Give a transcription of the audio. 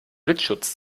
blitzschutz